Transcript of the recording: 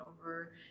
over